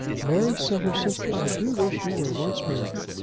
mary, said her sister, i do wish you were once married.